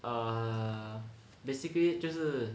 err basically 就是